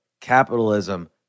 capitalism